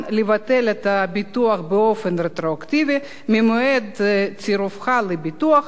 לבטל את הביטוח באופן רטרואקטיבי ממועד צירופך לביטוח,